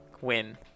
win